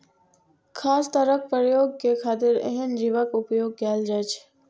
खास तरहक प्रयोग के खातिर एहन जीवक उपोयग कैल जाइ छै